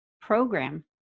program